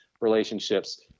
relationships